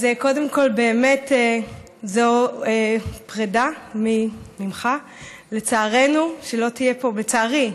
אז קודם כול, באמת, זו פרידה ממך, לצערנו, לצערי.